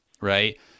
right